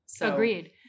Agreed